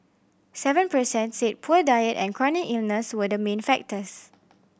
seven per cent said poor diet and chronic illness were the main factors